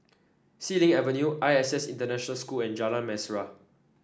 Xilin Avenue I S S International School and Jalan Mesra